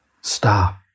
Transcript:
Stop